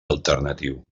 alternatiu